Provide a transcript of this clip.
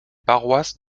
paroisses